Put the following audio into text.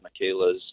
Michaela's